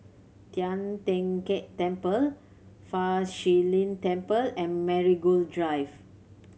Tian Teck Keng Temple Fa Shi Lin Temple and Marigold Drive